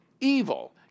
evil